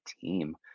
team